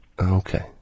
Okay